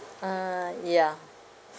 uh ya